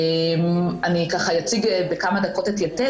אני אציג בכמה דקות את "יתד",